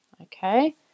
okay